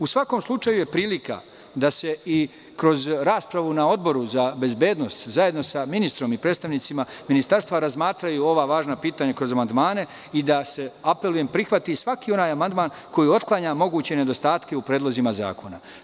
U svakom slučaju, prilika je da se i kroz raspravu na Odboru za bezbednost, zajedno sa ministrom i predstavnicima Ministarstva, razmatraju ova važna pitanja kroz amandmane i da se, apelujem, prihvati svaki onaj amandman koji otklanja moguće nedostatke u predlozima zakona.